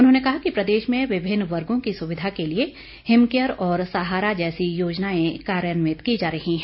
उन्होंने कहा कि प्रदेश में विभिन्न वर्गों की सुविधा के लिए हिमकेयर और सहारा जैसी योजनाएं कार्यान्वित की जा रही है